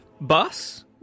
bus